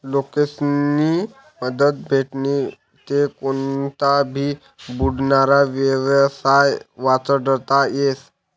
लोकेस्नी मदत भेटनी ते कोनता भी बुडनारा येवसाय वाचडता येस